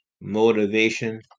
motivation